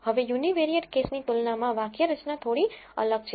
હવે યુનિવેરીયેટસમાંતર કેસની તુલનામાં વાક્યરચના થોડી અલગ છે